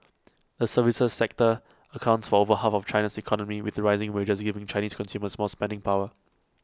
the services sector accounts for over half of China's economy with rising wages giving Chinese consumers more spending power